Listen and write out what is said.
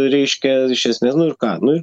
reiškia iš esmės nu ir ką nu ir